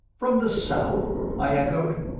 from the south? i echoed.